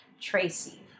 Tracy